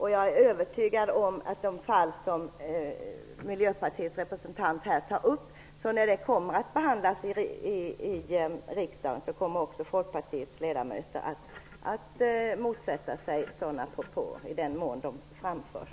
Jag är övertygad om att Folkpartiets ledamöter, när de fall som Miljöpartiets representant här tar upp, kommer att motsätta sig sådana propåer i den mån de framförs.